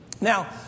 Now